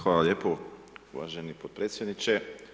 Hvala lijepo uvaženi potpredsjedniče.